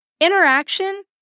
interaction